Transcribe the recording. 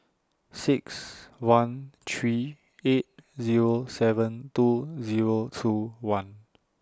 six one three eight Zero seven two Zero two one